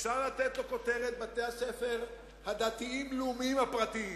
אפשר לתת לו את הכותרת "בתי הספר הדתיים-לאומיים הפרטיים",